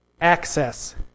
access